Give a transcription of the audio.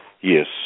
yes